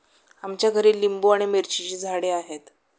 आमच्या घरी लिंबू आणि मिरचीची झाडे आहेत